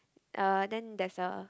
uh then there's a